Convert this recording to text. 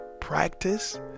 Practice